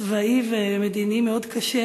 צבאי ומדיני מאוד קשה.